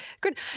good